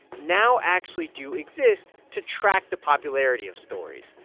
now actually do exist to track the popularity of stories.